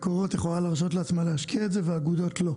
מקורות יכולה להרשות לעצמה להשקיע את זה והאגודות לא,